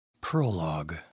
Prologue